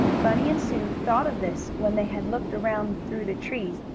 bunny and sue thought of this when they had looked around through the trees,